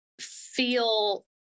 feel